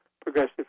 Progressive